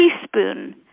teaspoon